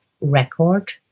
record